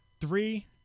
Three